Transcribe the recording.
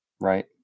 right